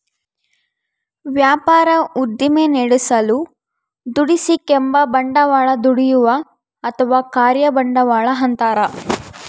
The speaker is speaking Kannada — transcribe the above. ವ್ಯಾಪಾರ ಉದ್ದಿಮೆ ನಡೆಸಲು ದುಡಿಸಿಕೆಂಬ ಬಂಡವಾಳ ದುಡಿಯುವ ಅಥವಾ ಕಾರ್ಯ ಬಂಡವಾಳ ಅಂತಾರ